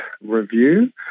review